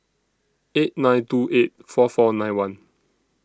eight nine two eight four four nine one